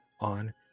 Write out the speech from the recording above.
on